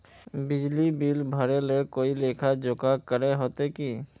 बिजली बिल भरे ले कोई लेखा जोखा करे होते की?